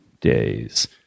days